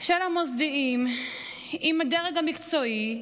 של המוסדיים עם הדרג המקצועי,